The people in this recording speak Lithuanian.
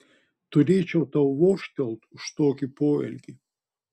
turėčiau tau vožtelt už tokį poelgį